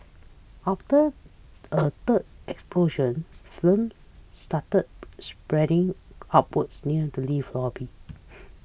after a third explosion flames started spreading upwards near the lift lobby